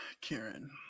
Karen